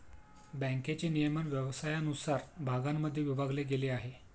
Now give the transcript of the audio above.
बँकेचे नियमन व्यवसायानुसार भागांमध्ये विभागले गेले आहे